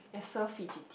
you're so fidgety